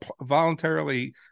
voluntarily